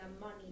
money